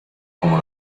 como